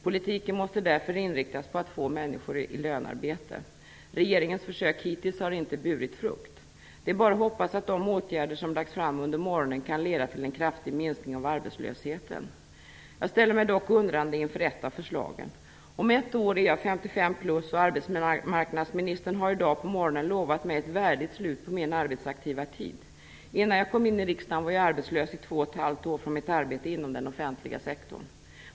Politiken måste därför inriktas på att få människor i lönearbete. Regeringens försök hittills har inte burit frukt. Det är bara att hoppas att de förslag till åtgärder som lades fram i dag på morgonen leder till en kraftig minskning av arbetslösheten. Jag ställer mig dock undrande inför ett av förslagen. Om ett år är jag 55+, som det heter. Arbetsmarknadsministern lovade mig i morse ett värdigt slut på min arbetsaktiva tid. Innan jag kom in i riksdagen var jag arbetslös i två och ett halvt år efter att ha haft ett arbete inom den offentliga sektorn.